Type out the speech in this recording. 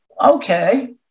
Okay